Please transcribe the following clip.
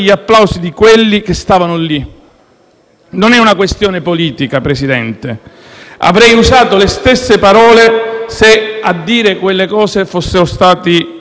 Non è una questione politica, Presidente: avrei usato le stesse parole se a dire quelle cose fossero stati quelli del PD, del mio partito.